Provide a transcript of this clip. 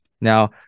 Now